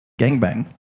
gangbang